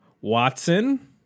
Watson